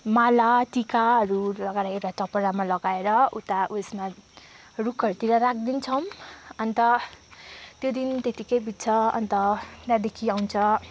माला टिकाहरू लगाएर एउटा टपरामा लगाएर उता उयेसमा रुखहरूतिर राखिदिन्छौँ अन्त त्यो दिन त्यत्तिकै बित्छ अन्त त्यहाँदेखि आउँछ